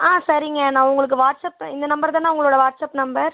ஆ சரிங்க நான் உங்களுக்கு வாட்ஸ்அப் இந்த நம்பர் தானே உங்களோட வாட்ஸ்அப் நம்பர்